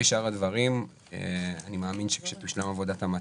לגבי שאר הדברים, אני מאמין שתושלם עבודת המטה.